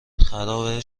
خراب